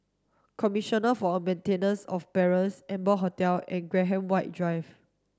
Commissioner for the Maintenance of Parents Amber Hotel and Graham White Drive